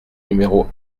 numéro